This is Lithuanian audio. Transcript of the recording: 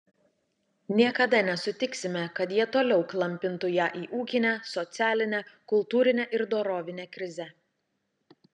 niekada nesutiksime kad jie toliau klampintų ją į ūkinę socialinę kultūrinę ir dorovinę krizę